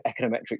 econometric